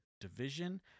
division